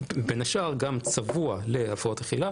בין השאר, גם צבוע להפרעות אכילה